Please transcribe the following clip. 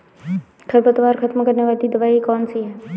खरपतवार खत्म करने वाली दवाई कौन सी है?